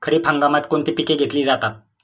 खरीप हंगामात कोणती पिके घेतली जातात?